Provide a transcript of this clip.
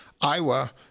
Iowa